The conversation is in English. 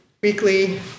weekly